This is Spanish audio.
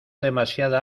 demasiada